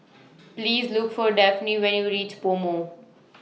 Please Look For Dafne when YOU REACH Pomo